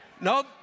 No